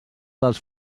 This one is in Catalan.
dels